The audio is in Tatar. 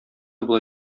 болай